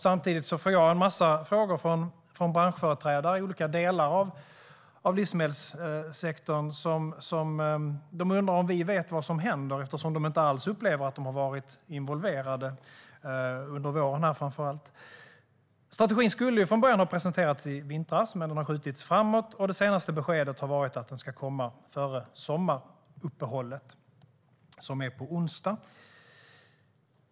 Samtidigt får jag en massa frågor från branschföreträdare i olika delar av livsmedelssektorn som undrar om vi vet vad som händer, eftersom de framför allt under våren inte alls upplever att de har varit involverade. Strategin skulle från början ha presenterats i vintras, men den har skjutits framåt och det senaste beskedet har varit att den ska komma före sommaruppehållet som inleds efter onsdag.